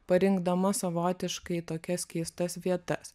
parinkdama savotiškai tokias keistas vietas